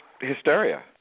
hysteria